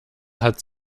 hat